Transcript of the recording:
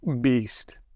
beast